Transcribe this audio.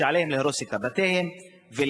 עליהם להרוס את הבתים ולהסתלק.